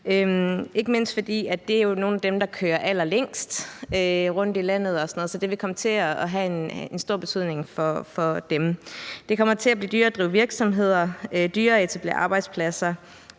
ikke mindst fordi det er nogle af dem, der kører allerlængst rundt i landet, så det vil komme til at have en stor betydning for dem. Det kommer til at blive dyrere at drive virksomheder, dyrere at etablere arbejdspladser,